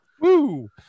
Woo